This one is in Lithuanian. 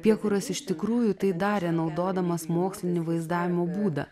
piekuras iš tikrųjų tai darė naudodamas mokslinį vaizdavimo būdą